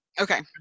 Okay